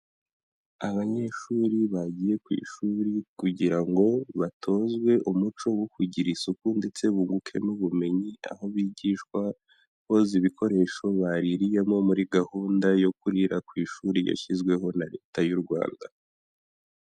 Abanyeshuri bagiye ku ishuri kugira ngo batozwe umuco wo kugira isuku ndetse bunguke n'ubumenyi, aho bigishwa koza ibikoresho baririyemo muri gahunda yo kurira ku ishuri yashyizweho na Leta y'u Rwanda.